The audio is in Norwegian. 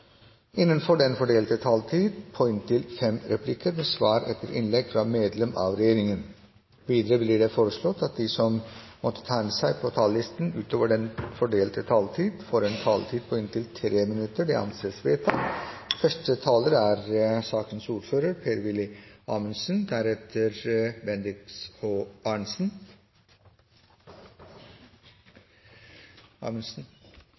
innenfor den fordelte taletid. Videre blir det foreslått at de som måtte tegne seg på talerlisten utover den fordelte taletid, får en taletid på inntil 3 minutter. – Det anses vedtatt. Pasientenes autonomi og menneskerettighetene er